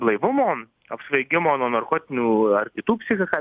blaivumo apsvaigimo nuo narkotinių ar kitų psichiką veikiančių